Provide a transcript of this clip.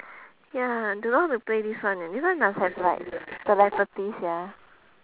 ya don't know how to play this one leh this one must have like telepathy sia